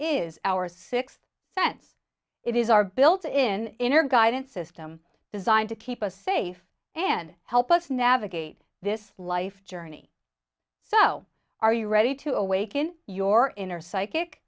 is our sixth sense it is our built in inner guidance system designed to keep us safe and help us navigate this life journey so are you ready to awaken your inner psychic